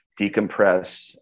decompress